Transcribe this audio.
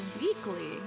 weekly